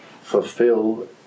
fulfill